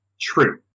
True